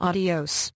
Adios